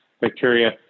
bacteria